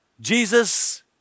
Jesus